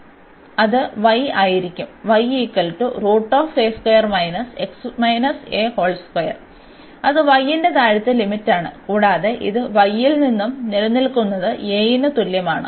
അതിനാൽ അത് y ആയിരിക്കും അത് y ന്റെ താഴത്തെ ലിമിറ്റാണ് കൂടാതെ ഇത് y ൽ നിന്ന് നിലനിൽക്കുന്നത് a ന് തുല്യമാണ്